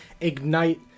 ignite